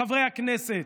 חברי הכנסת?